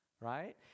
right